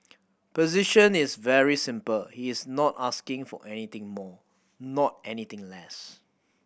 position is very simple he is not asking for anything more not anything less